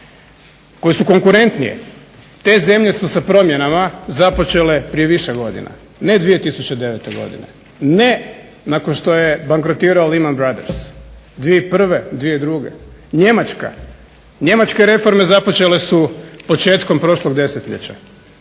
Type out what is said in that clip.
koje su konkurentnije, te zemlje su sa promjenama započele prije više godina, ne 2009., ne nakon što je bankrotirao Lethman brothers 2001., 2002. Njemačka, njemačke reforme započele su početkom prošlog desetljeća.